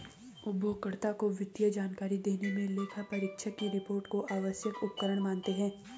उपयोगकर्ताओं को वित्तीय जानकारी देने मे लेखापरीक्षक की रिपोर्ट को आवश्यक उपकरण मानते हैं